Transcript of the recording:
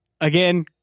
again